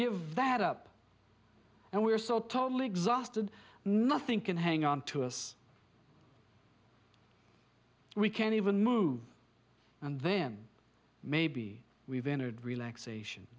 give that up and we are so totally exhausted nothing can hang on to us we can even move and then maybe we've entered relaxation